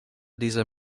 dieser